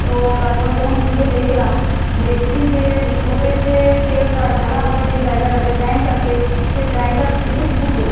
তো তারপর যখন খুলে দেখলাম দেখছি যে স্টোপের যে তেল রা ঢালা হয় যে জায়গাটাতে ট্যাঙ্কটাতে সে ট্যাঙ্কটা দেখছি ফুটো